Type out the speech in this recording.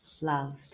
loved